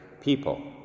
people